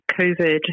COVID